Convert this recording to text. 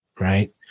right